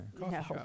No